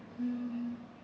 mm